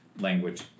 language